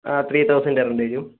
ആ three thousand തരേണ്ടിവരും